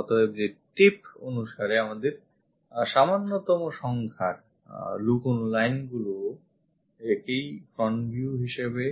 অতএব tip অনুসারে সামান্যতম সংখ্যার লুকোনো line গুলিও একেই front view হিসেবে